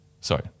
sorry